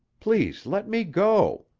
please let me go.